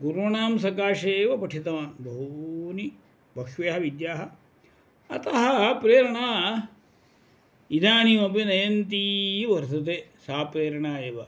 गुरूणां सकाशे एव पठितवान् बहूनि बह्व्यः विद्याः अतः प्रेरणा इदानीमपि नयन्ती वर्तते सा प्रेरणा एव